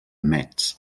metz